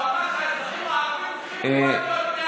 הוא אמר שהאזרחים הערבים צריכים ללמוד להיות בני אדם.